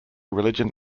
religion